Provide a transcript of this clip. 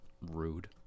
rude